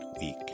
week